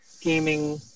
gaming